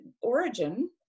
Origin